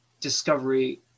discovery